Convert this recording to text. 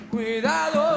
Cuidado